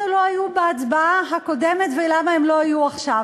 לא היו בהצבעה הקודמת ולמה הם לא יהיו עכשיו.